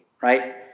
right